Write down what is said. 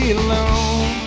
alone